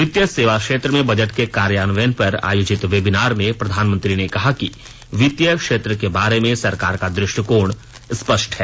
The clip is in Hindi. वित्तीय सेवा क्षेत्र में बजट के कार्यान्वयन पर आयोजित वेबिनार में प्रधानमंत्री ने कहा कि वित्तीय क्षेत्र के बारे में सरकार का दृष्टिकोण स्पष्ट है